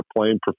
playing